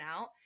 out